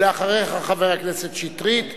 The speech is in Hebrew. ואחריך, חבר הכנסת שטרית,